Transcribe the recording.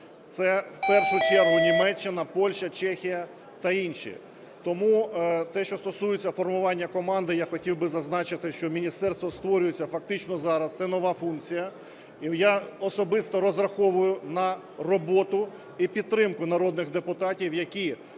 Це в першу чергу Німеччина, Польща, Чехія та інші. Тому те, що стосується формування команди, я хотів би зазначити, що міністерство створюється фактично зараз, це нова функція. Я особисто розраховую на роботу і підтримку народних депутатів, які